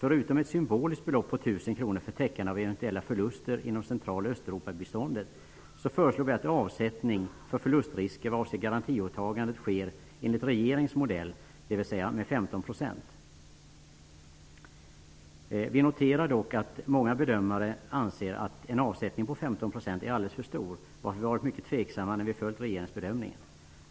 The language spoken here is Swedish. Förutom ett symboliskt belopp om 1 000 kr för täckande av eventuella förluster inom Central och Östeuropabiståndet föreslår vi att avsättning för förlustrisker vad avser garantiåtagandet sker enligt regeringens modell, dvs. med 15 %. Vi noterar dock att många bedömare anser att en avsättning om 15 % är alldeles för stor, varför vi varit mycket tveksamma när vi följt regeringens bedömning.